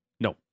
No